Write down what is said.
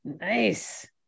Nice